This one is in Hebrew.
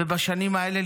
ובשנים האלה,